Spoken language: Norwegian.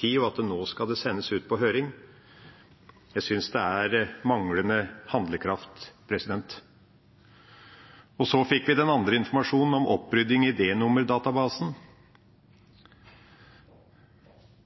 tid, og at nå skal det sendes ut på høring. Jeg synes det er manglende handlekraft. Så fikk vi den andre informasjonen om opprydding i D-nummerdatabasen.